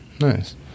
nice